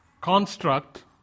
construct